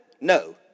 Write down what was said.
No